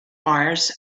mars